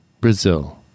Brazil